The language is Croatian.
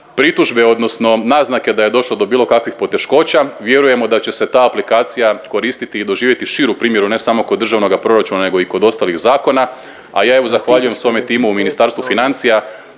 pritužbe, odnosno naznake da je došlo do bilo kakvih poteškoća. Vjerujemo da će se ta aplikacija koristiti i doživjeti širu primjenu ne samo kod državnoga proračuna, nego i kod ostalih zakona. A ja evo zahvaljujem svome timu u Ministarstvu financija